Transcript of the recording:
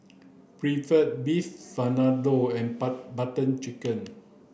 Pretzel Beef Vindaloo and Bar Butter Chicken